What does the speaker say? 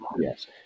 Yes